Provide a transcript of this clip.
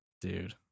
Dude